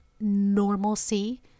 normalcy